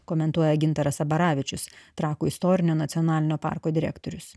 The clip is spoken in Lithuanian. komentuoja gintaras abaravičius trakų istorinio nacionalinio parko direktorius